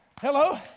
Hello